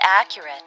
accurate